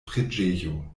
preĝejo